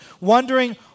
wondering